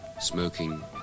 Smoking